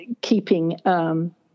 keeping